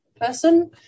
person